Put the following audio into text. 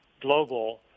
global